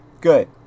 good